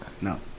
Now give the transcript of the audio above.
No